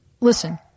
listen